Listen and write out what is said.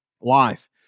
life